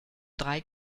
drei